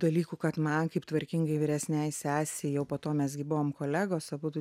dalykų kad man kaip tvarkingai vyresnei sesei jau po to mes gi buvome kolegos abudu